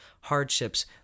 hardships